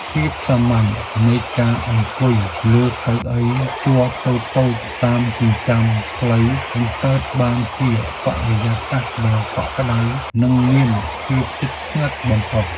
ភាពសាមញ្ញនៃការអង្គុយលើកៅអីជ័រតូចៗតាមចិញ្ចើមផ្លូវបង្កើតបានជាបរិយាកាសដ៏កក់ក្តៅនិងមានភាពជិតស្និទ្ធបំផុត។